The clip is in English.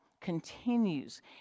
continues